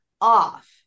off